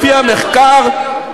לפי המחקר,